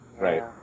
right